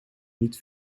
niet